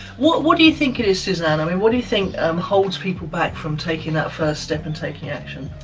what what do you think it is, suzanne? i mean what do you think um holds people back from taking that first step and taking action?